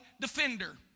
defender